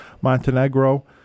Montenegro